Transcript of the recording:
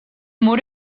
mur